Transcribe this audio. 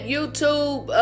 YouTube